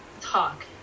talk